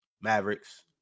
Mavericks